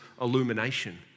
illumination